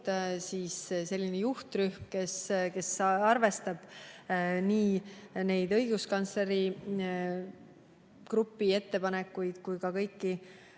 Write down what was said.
selline juhtrühm, kes arvestab nii õiguskantsleri grupi ettepanekuid kui ka kõiki